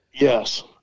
Yes